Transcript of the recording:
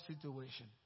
situation